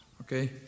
Okay